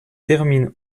termine